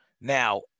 Now